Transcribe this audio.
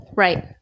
Right